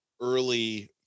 early